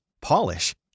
polish